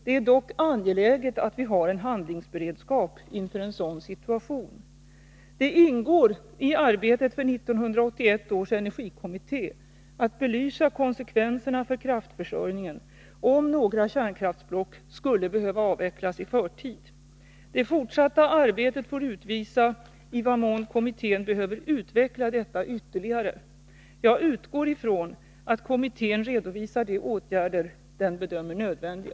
Det är dock angeläget att vi har en handlingsberedskap inför en sådan situation. Det ingår i arbetet för 1981 års energikommitté att belysa konsekvenserna för kraftförsörjningen om några kärnkraftsblock skulle behöva avvecklas i förtid. Det fortsatta arbetet får utvisa i vad mån kommittén behöver utveckla detta ytterligare. Jag utgår från att kommittén redovisar de åtgärder den bedömer nödvändiga.